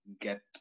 get